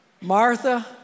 Martha